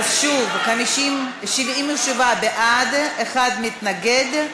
אז שוב, 77 בעד, אחד מתנגד.